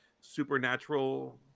supernatural